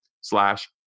slash